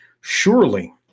Surely